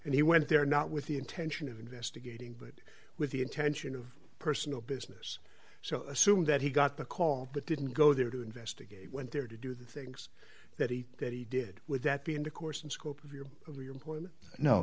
and he went there not with the intention of investigating but with the intention of personal business so assume that he got the call but didn't go there to investigate went there to do the things that he that he did would that be in the course and scope of your of your point no